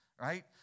right